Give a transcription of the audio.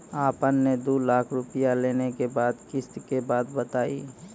आपन ने दू लाख रुपिया लेने के बाद किस्त के बात बतायी?